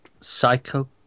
Psycho